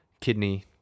kidney